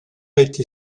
été